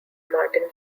martin